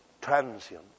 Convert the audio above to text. transient